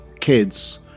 kids